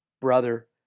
brother